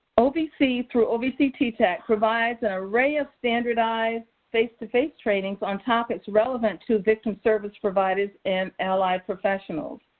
ovc, through ovc ttac, provides an array of standardized face-to-face trainings on topics relevant to victim service providers and allied professionals.